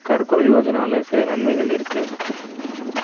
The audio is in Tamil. கற்கொள் யோஜனால் சில நன்மைகள் இருக்குது